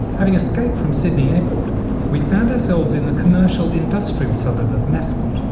having escaped from sydney airport we found ourselves in the commercial industrial suburb of mascot.